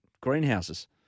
greenhouses